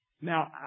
Now